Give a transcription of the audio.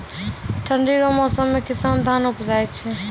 ठंढी रो मौसम मे किसान धान उपजाय छै